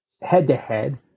head-to-head